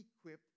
equipped